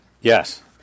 Yes